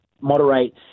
moderate